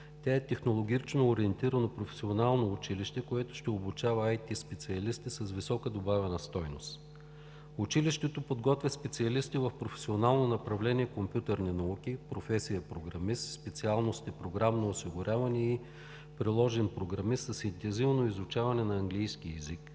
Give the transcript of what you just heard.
Тя е технологично ориентирано професионално училище, което ще обучава ИТ специалисти с висока добавена стойност. Училището подготвя специалисти в професионално направление „компютърни науки“, професия „програмист“, специалности „програмно осигуряване и приложен програмист“ с интензивно изучаване на английски език,